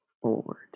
forward